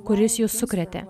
kuris jus sukrėtė